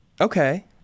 Okay